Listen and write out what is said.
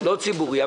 לא ציבורי,